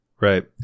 Right